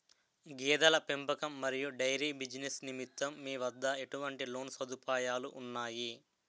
గేదెల పెంపకం మరియు డైరీ బిజినెస్ నిమిత్తం మీ వద్ద ఎటువంటి లోన్ సదుపాయాలు ఉన్నాయి?